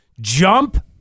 Jump